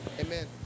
Amen